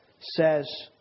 says